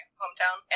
hometown